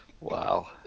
Wow